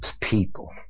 people